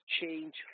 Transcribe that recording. change